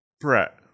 Brett